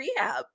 Rehab